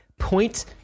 point